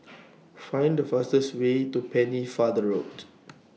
Find The fastest Way to Pennefather Road